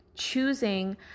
choosing